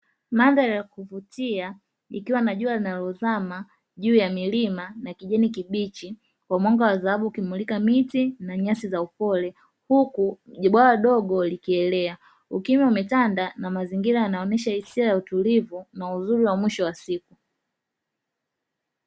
Mandhari ya kuvutia ikiwa na jua linalozama juu ya milima na kijani kibichi kwa mwanga wa dhahabu ukimulika miti na nyasi za upole, huku bwawa dogo likielea ukimya umetanda na mazingira yanaonyesha hisia za utulivu na uzuri wa mwisho wa siku.